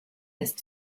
ist